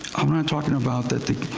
i'm not talking about that the